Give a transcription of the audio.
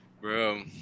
Bro